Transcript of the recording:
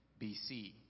bc